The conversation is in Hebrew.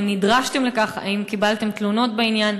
האם נדרשתם לכך, האם קיבלתם תלונות בעניין